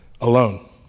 alone